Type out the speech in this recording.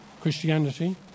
Christianity